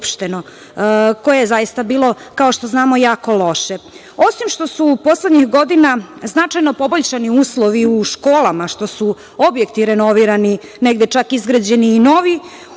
koje je zaista bilo, kao što znamo, jako loše. Osim što su poslednjih godina značajno poboljšani uslovi u školama, što su objekti renovirani, negde čak izgrađeni i novi,